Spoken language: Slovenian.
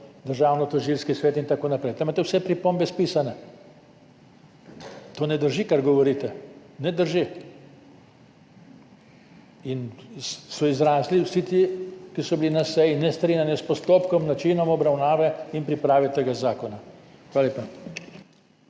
Državnotožilski svet in tako naprej. Tam imate vse pripombe spisane. To ne drži, kar govorite. Ne drži. In so izrazili vsi ti, ki so bili na seji, nestrinjanje s postopkom, načinom obravnave in priprave tega zakona. Hvala lepa.